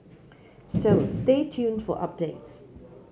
so stay tuned for updates